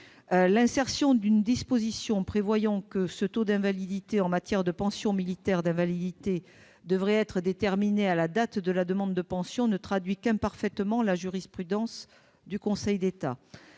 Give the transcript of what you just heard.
L'introduction d'une disposition prévoyant que le taux d'invalidité en matière de pensions militaires d'invalidité devrait être déterminé à la date de la demande de pension ne traduit qu'imparfaitement la jurisprudence du Conseil d'État.